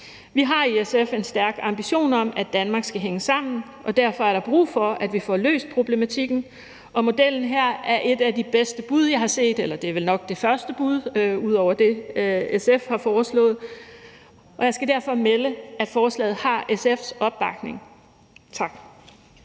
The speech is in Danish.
Vi har i SF en stærk ambition om, at Danmark skal hænge sammen, og derfor er der brug for, at vi får løst problematikken. Modellen her er et af de bedste bud, jeg har set – eller rettere sagt, det er vel nok det første bud ud over det, som SF har foreslået – og jeg skal derfor melde, at forslaget har SF's opbakning. Tak.